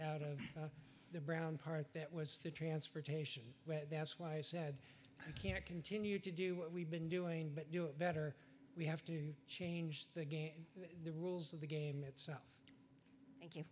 out of the brown part that was the transportation and that's why i said you can't continue to do what we've been doing but do it better we have to change the game the rules of the game itself